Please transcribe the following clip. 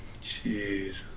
Jeez